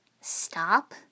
Stop